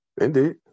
Indeed